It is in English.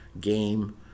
game